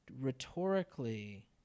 rhetorically